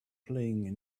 playing